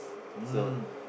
so